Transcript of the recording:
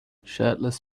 shirtless